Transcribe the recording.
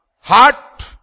Heart